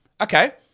Okay